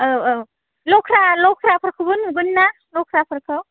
औ औ लख्रा लख्राफोरखौबो नुगोन ना लख्राफोरखौ